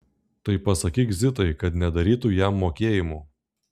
tai pasakyk zitai kad nedarytų jam mokėjimų